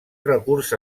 recurs